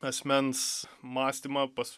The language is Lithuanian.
asmens mąstymą pas